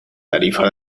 tarifa